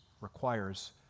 requires